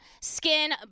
Skin